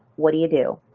what do you do?